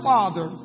Father